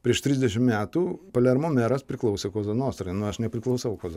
prieš trisdešimt metų palermo meras priklausė koza nostrai nu aš nepriklausau koza